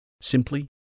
simply